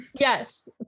Yes